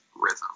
rhythm